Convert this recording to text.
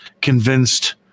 convinced